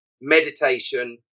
meditation